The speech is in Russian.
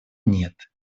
нет